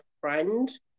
friend